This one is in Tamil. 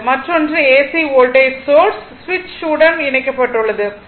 மற்றொன்று ஏசி வோல்டேஜ் சோர்ஸ் சுவிட்ச் உடன் இணைக்கப்பட்டுள்ளது